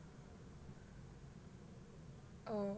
oh